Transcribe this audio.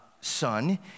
son